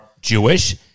Jewish